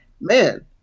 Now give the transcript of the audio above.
man